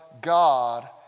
God